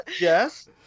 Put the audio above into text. yes